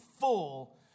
full